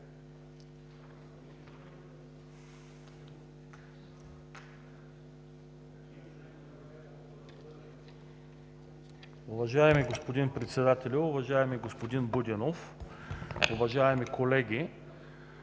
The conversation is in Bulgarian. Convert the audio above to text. Уважаеми господин Председател, уважаеми господин Будинов, уважаеми колеги!